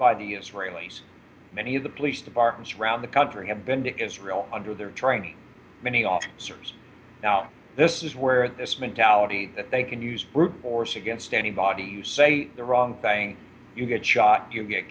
by the israelis many of the police departments around the country have been to israel under their trying to many officers now this is where this mentality that they can use brute force against anybody you say the wrong thing you get shot you get